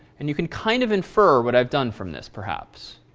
and you can kind of infer what i've done from this perhaps.